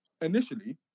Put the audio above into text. initially